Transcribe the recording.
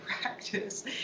practice